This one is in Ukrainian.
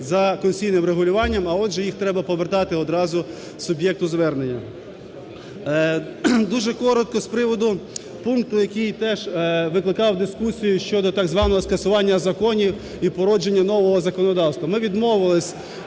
за конституційним регулюванням, а отже їх треба повертати одразу суб'єкту звернення. Дуже коротко з приводу пункту, який теж викликав дискусію щодо так званого скасування законів і породження нового законодавства. Ми відмовились